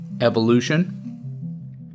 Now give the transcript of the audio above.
evolution